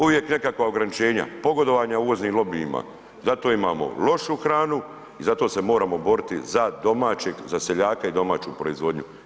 Uvijek nekakva ograničenja, pogodovanja uvoznim lobijima, zato imamo lošu hranu i zato se moramo boriti za domaćeg, za seljaka i domaću proizvodnju.